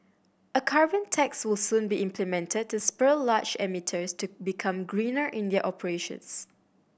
a carbon tax will soon be implemented to spur large emitters to become greener in their operations